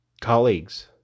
colleagues